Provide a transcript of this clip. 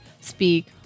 speak